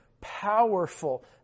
powerful